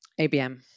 abm